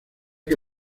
que